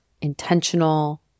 intentional